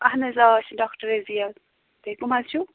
اَہن حظ آ أسۍ چھِ ڈاکٹر رٔضِیا تُہۍ کٕم حظ چھُو